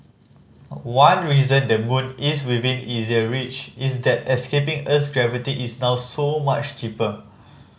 one reason the moon is within easier reach is that escaping Earth's gravity is now so much cheaper